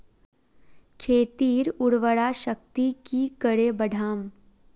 खेतीर उर्वरा शक्ति की करे बढ़ाम?